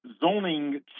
zoning